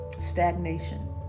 stagnation